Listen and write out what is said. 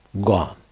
gone